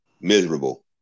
miserable